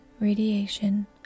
radiation